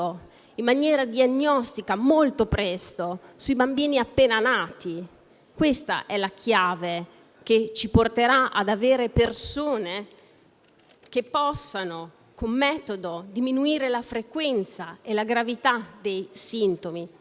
in maniera diagnostica, anche sui bambini appena nati. Questa è la chiave che ci porterà ad avere persone che possano con metodo diminuire la frequenza e la gravità dei sintomi.